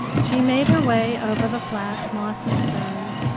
she made her way over the flat mossy stones,